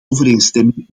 overeenstemming